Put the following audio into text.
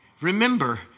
Remember